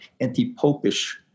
anti-popish